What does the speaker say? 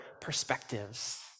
perspectives